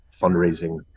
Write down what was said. fundraising